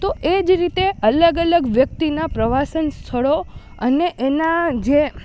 તો એ જ રીતે અલગ અલગ વ્યક્તિનાં પ્રવાસન સ્થળો અને એના જે